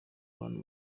abantu